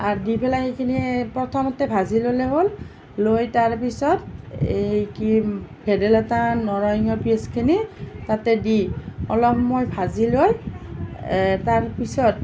আৰু দি পেলাই সেইখিনি প্ৰথমতে ভাজি ল'লে হ'ল লৈ তাৰ পিছত এই কি ভেদাইলতা নৰসিংহৰ পিচখিনি তাতে দি অলপ সময় ভাজি লৈ তাৰ পিছত